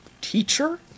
teacher